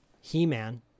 he-man